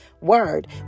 word